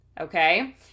okay